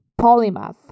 polymath